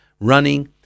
running